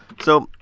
so,